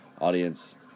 audience